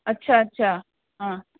अच्छा अच्छा हा